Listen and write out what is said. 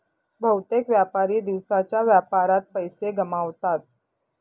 बहुतेक व्यापारी दिवसाच्या व्यापारात पैसे गमावतात